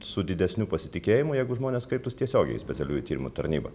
su didesniu pasitikėjimu jeigu žmonės kreiptųs tiesiogiai į specialiųjų tyrimų tarnybą